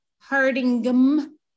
Hardingham